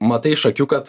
matai iš akių kad